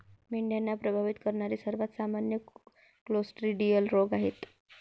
मेंढ्यांना प्रभावित करणारे सर्वात सामान्य क्लोस्ट्रिडियल रोग आहेत